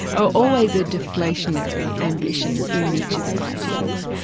ah always a deflationary ambition in nietzsche's writings.